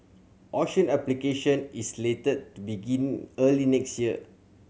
auction application is slated to begin early next year